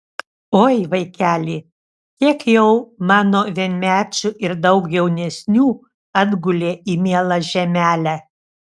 oi vaikeli kiek jau mano vienmečių ir daug jaunesnių atgulė į mielą žemelę